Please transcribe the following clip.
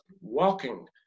walking